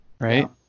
right